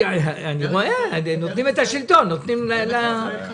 לפני שהייתה